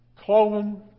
cloven